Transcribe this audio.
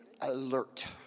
alert